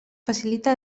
facilita